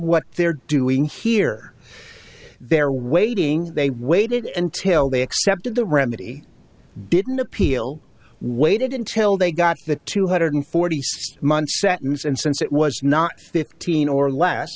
what they're doing here they're waiting they waited until they accepted the remedy didn't appeal waited until they got the two hundred forty six month sentence and since it was not fifteen or less